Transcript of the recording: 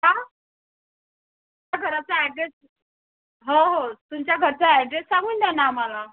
आ घराचा ॲड्रेस हो हो तुमच्या घरचा ॲड्रेस सांगून द्या ना आम्हाला